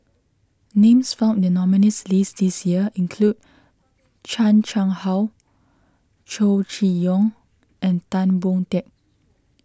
names found in the nominees' list this year include Chan Chang How Chow Chee Yong and Tan Boon Teik